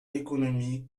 économie